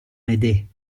m’aider